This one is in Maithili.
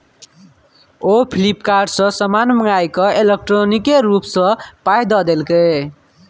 ओ फ्लिपकार्ट सँ समान मंगाकए इलेक्ट्रॉनिके रूप सँ पाय द देलकै